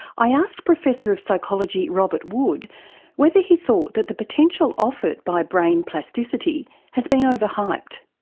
i asked professor of psychology robert wood whether he thought that the potential offered by brain plasticity has been over-hyped.